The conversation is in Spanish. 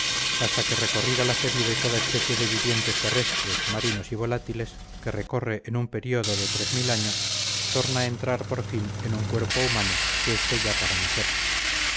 hasta que recorrida la serie de toda especie de vivientes terrestres marinos y volátiles que recorre en un período de años torna a entrar por fin en un cuerpo humano que esté ya para nacer